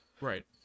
Right